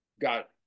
got